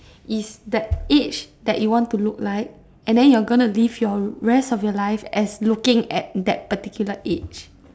is that age that you want to look like and then you're going to live your rest of your life as looking at that particular age